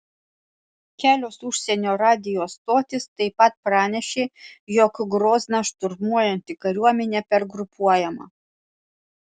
kelios užsienio radijo stotys taip pat pranešė jog grozną šturmuojanti kariuomenė pergrupuojama